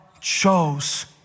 chose